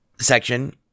section